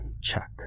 Check